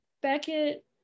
Beckett